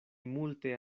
multe